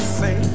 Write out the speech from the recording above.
say